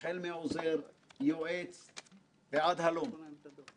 כיועץ ועד הלום.